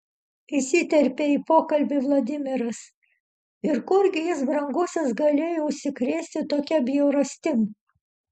įsiterpė į pokalbį vladimiras ir kurgi jis brangusis galėjo užsikrėsti tokia bjaurastim